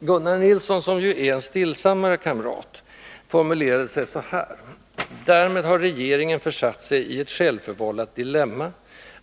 Gunnar Nilsson, som ju är en stillsammare kamrat, formulerade sig så här: ”Därmed har regeringen försatt sig i ett självförvållat dilemma.